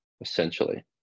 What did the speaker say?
essentially